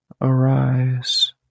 arise